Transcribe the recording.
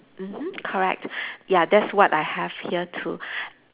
mmhmm correct ya that's what I have here too